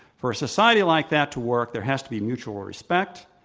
for a society like that to work, there has to be mutual respect.